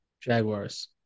Jaguars